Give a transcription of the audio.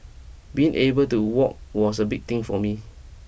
being able to walk was a big thing for me